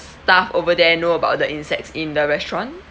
staff over there know about the insects in the restaurant